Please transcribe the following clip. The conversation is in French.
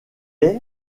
est